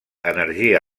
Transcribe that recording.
energia